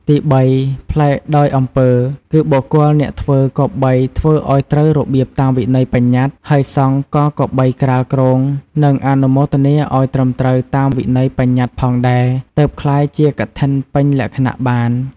ទីបី ប្លែកដោយអំពើ គឺបុគ្គលអ្នកធ្វើគប្បីធ្វើឱ្យត្រូវរបៀបតាមវិន័យបញ្ញត្តិ ហើយសង្ឃក៏គប្បីក្រាលគ្រង និងអនុមោទនាឱ្យត្រឹមត្រូវតាមវិន័យប្បញ្ញត្តិផងដែរ ទើបក្លាយជាកឋិនពេញលក្ខណៈបាន។